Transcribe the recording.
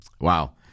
Wow